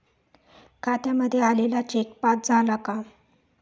खात्यामध्ये आलेला cheque pass झाला का?